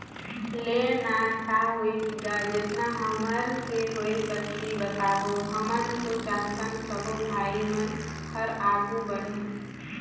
ले ना का होइस गा जेतना हमर से होय सकही बताबो हमन तो चाहथन सबो भाई मन हर आघू बढ़े